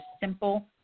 simple